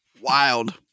Wild